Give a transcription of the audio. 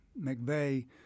McVeigh